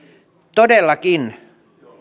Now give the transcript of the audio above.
todellakin